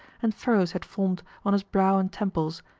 and furrows had formed on his brow and temples,